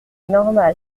normal